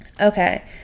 Okay